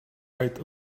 right